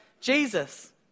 Jesus